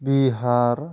Bihar